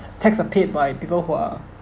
tax are paid by people who are